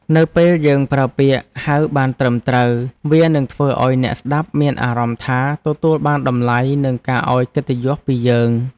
នៅពេលយើងប្រើពាក្យហៅបានត្រឹមត្រូវ វានឹងធ្វើឱ្យអ្នកស្ដាប់មានអារម្មណ៍ថាទទួលបានតម្លៃនិងការឱ្យកិត្តិយសពីយើង។